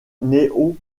néo